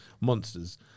monsters